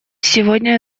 сегодня